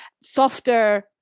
softer